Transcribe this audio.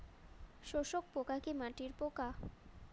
শোষক পোকা কি মাটির পোকা?